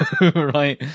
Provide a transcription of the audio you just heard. right